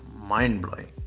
mind-blowing